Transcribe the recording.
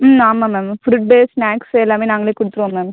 ம் ஆமாம் ma'am food snacks எல்லாமே நாங்களே கொடுத்துருவோம் மேம்